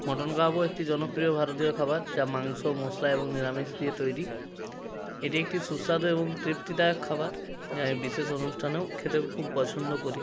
mutton কাবাবও একটি জনপ্রিয় ভারতীয় খাবার যা মাংস মশলা এবং নিরামিষ দিয়ে তৈরি এটি একটি সুস্বাদু এবং তৃপ্তিদার খাবার যা এ বিশেষ অনুষ্ঠানেও খেতে খুব পছন্দ করি